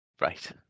Right